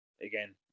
again